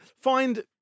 find